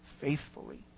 faithfully